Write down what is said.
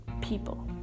people